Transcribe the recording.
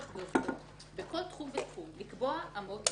שבכל תחום ותחום ייקבעו אמות מידה,